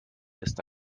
ist